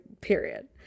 period